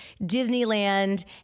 Disneyland